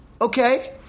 Okay